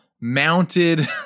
Mounted